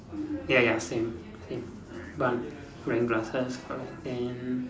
ya ya same same bun wearing glasses correct then